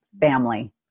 family